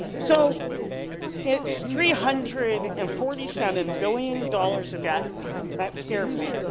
so it's three hundred and forty seven billion dollars of debt that scare me,